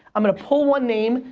i'm gonna pull one name,